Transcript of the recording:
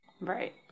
Right